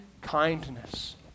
kindness